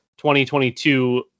2022